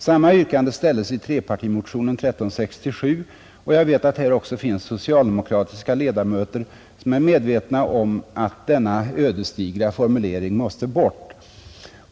Samma yrkande ställdes i trepartimotionen 1367, och jag vet att här också finns socialdemokratiska ledamöter som är medvetna om att denna ödesdigra formulering måste bort.